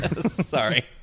Sorry